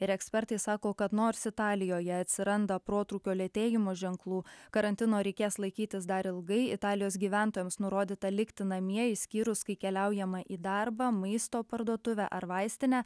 ir ekspertai sako kad nors italijoje atsiranda protrūkio lėtėjimo ženklų karantino reikės laikytis dar ilgai italijos gyventojams nurodyta likti namie išskyrus kai keliaujama į darbą maisto parduotuvę ar vaistinę